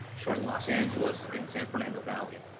showing los angeles and san fernando valley.